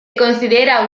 considera